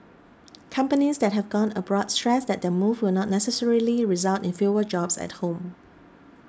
companies that have gone abroad stressed that their move will not necessarily result in fewer jobs at home